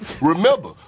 Remember